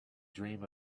dream